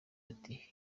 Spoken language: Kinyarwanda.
ati